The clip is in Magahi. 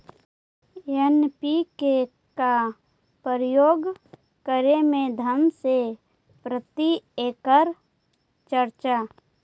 एन.पी.के का प्रयोग करे मे धान मे प्रती एकड़ खर्चा?